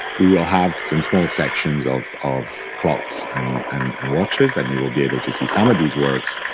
we will have some small sections of of clocks and and and watches, and you will be able to see some of these works